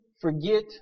forget